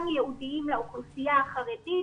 גם ייעודיים לאוכלוסייה החרדית,